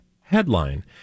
Headline